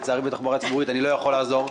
לצערי, בתחבורה ציבורית אני לא יכול לעזור.